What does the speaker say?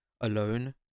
alone